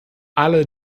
alle